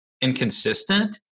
inconsistent